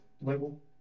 label